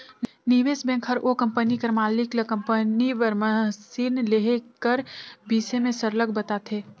निवेस बेंक हर ओ कंपनी कर मालिक ल कंपनी बर मसीन लेहे कर बिसे में सरलग बताथे